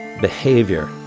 behavior